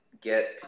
Get